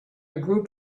group